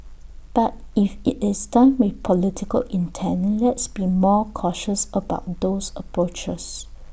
but if IT is done with political intent let's be more cautious about those approaches